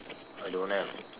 I don't have